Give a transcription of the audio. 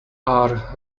are